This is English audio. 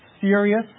serious